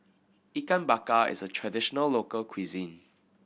Ikan Bakar is a traditional local cuisine